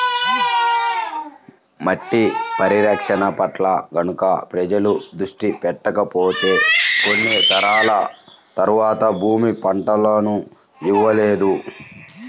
మట్టి పరిరక్షణ పట్ల గనక ప్రజలు దృష్టి పెట్టకపోతే కొన్ని తరాల తర్వాత భూమి పంటలను ఇవ్వలేదు